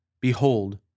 Behold